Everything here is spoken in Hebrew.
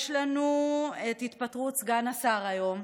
יש לנו את התפטרות סגן השר היום,